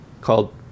called